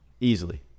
easily